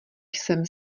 jsem